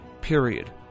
period